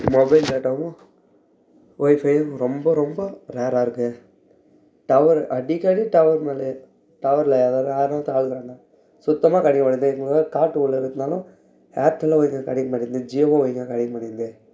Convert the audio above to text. mobile டேட்டாவும் ஒய்ஃபையும் ரொம்ப ரொம்ப ரேராக இருக்குது டவரு அடிக்கடி டவரு மேலே டவரு இல்லாத சுத்தமாக கிடைக்கமாட்டுது காட்டுக்குள்ள இருக்கிறதுனாலா ஏர்டெல்லும் ஒழுங்கா கிடைக்க மாட்டேன்து ஜியோவும் ஒழுங்கா கிடைக்க மாட்டேன்து